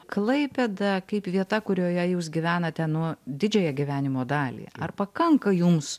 klaipėda kaip vieta kurioje jūs gyvenate nu didžiąją gyvenimo dalį ar pakanka jums